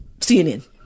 CNN